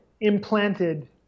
implanted